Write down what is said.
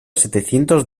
setecientos